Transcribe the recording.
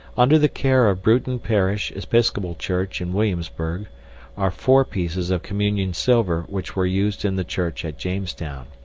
under the care of bruton parish episcopal church in willamsburg are four pieces of communion silver which were used in the church at jamestown.